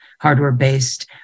hardware-based